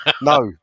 No